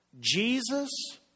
Jesus